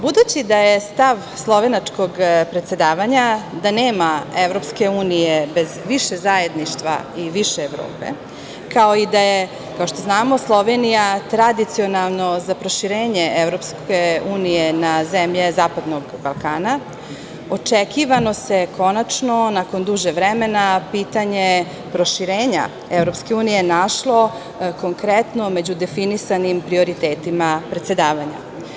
Budući da je stav slovenačkog predsedavanja da nema EU bez više zajedništva i više Evrope, kao i da je, kao što znamo, Slovenija tradicionalno za proširenje EU na zemlje Zapadnog Balkana, očekivano se konačno, nakon dužeg vremena, pitanje proširenja EU našlo konkretno među definisanim prioritetima predsedavanja.